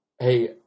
Hey